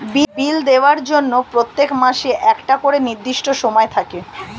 বিল দেওয়ার জন্য প্রত্যেক মাসে একটা করে নির্দিষ্ট সময় থাকে